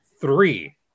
Three